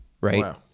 Right